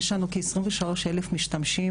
יש לנו כ-23,000 משתמשים,